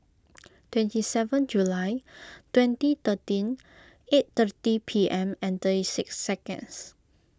twenty seven July twenty thirteen eight thirty P M and thirty six seconds